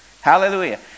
Hallelujah